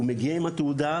הוא מגיע עם התעודה,